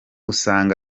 usanga